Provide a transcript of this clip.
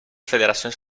federacions